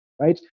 right